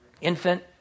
Infant